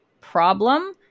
problem